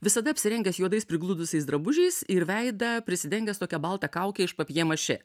visada apsirengęs juodais prigludusiais drabužiais ir veidą prisidengęs tokia balta kauke iš papjė mašė